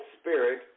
spirit